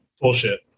Bullshit